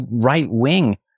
right-wing